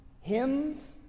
hymns